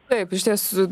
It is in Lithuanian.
taip išties